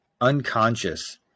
unconscious